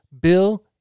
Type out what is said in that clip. Bill